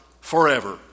forever